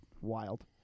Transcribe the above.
Wild